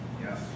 Yes